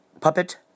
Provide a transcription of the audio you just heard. Puppet